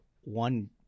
one